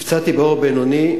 נפצעתי באורח בינוני,